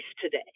today